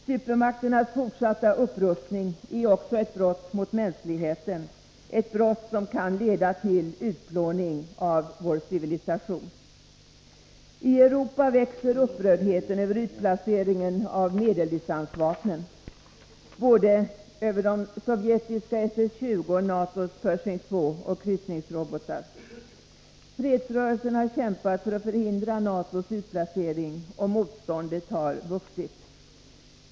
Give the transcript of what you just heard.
Supermakternas fortsatta upprustning är också ett brott mot mänskligheten, ett brott som kan leda till utplåning av vår civilisation. I Europa växer upprördheten över utplaceringen av medeldistansvapnen, både de sovjetiska SS-20 och NATO:s Pershing II och kryssningsrobotar. Fredsrörelsen har kämpat för att förhindra NATO:s utplacering, och motståndet har vuxit i Europa.